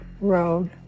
road